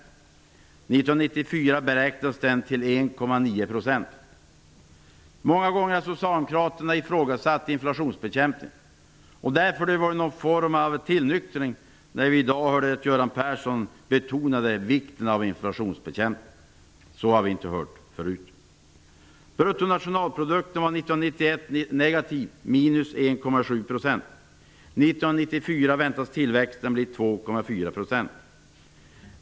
1994 beräknas den till Många gånger har socialdemokraterna ifrågasatt inflationsbekämpningen. Det är därför en form av tillnyktring när vi i dag hörde att Göran Persson betonade vikten av inflationsbekämpning. Så har vi inte hört förut. BNP var 1991 negativ, --1,7 %. 1994 väntas tillväxten bli 2,4 %.